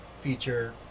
feature